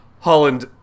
Holland